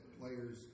players